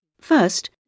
First